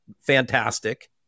fantastic